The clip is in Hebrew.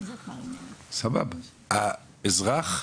האזרח,